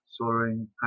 Soaring